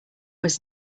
was